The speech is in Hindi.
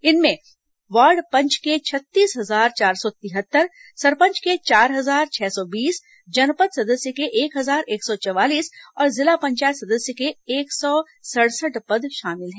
इनमें वार्ड पंच के छत्तीस हजार चार सौ तिहत्तर सरपंच के चार हजार छह सौ बीस जनपद सदस्य के एक हजार एक सौ चवालीस और जिला पंचायत सदस्य के एक सौ सड़सठ पद शामिल हैं